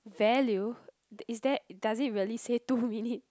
value is that does it really say two minute